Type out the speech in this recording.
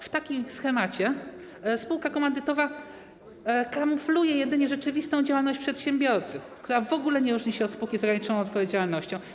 W takim schemacie spółka komandytowa kamufluje jedynie rzeczywistą działalność przedsiębiorcy, która w ogóle nie różni się od spółki z ograniczoną odpowiedzialnością.